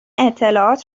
اطلاعات